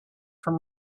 from